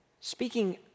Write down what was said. Speaking